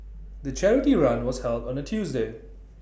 the charity run was held on A Tuesday